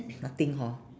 nothing hor